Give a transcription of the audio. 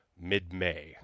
mid-May